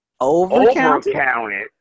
overcounted